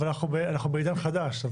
אבל אנחנו בעידן חדש.